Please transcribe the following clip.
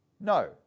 No